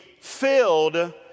filled